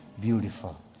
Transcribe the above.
beautiful